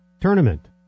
tournament